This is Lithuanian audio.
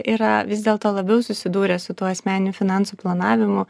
yra vis dėl to labiau susidūrę su tuo asmeniniu finansų planavimu